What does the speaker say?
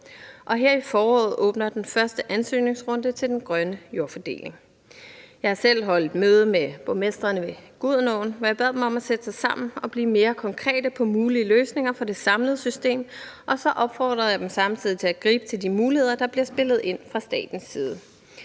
og her i foråret åbner den første ansøgningsrunde til den grønne jordfordeling. Jeg har selv holdt møde med borgmestrene ved Gudenåen, og jeg bad dem om at sætte sig sammen og blive mere konkrete på mulige løsninger for det samlede system, og så opfordrede jeg dem samtidig til at gribe til de muligheder, der bliver spillet ind med fra statens side.